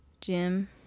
Jim